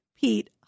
Pete